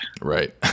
Right